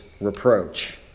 reproach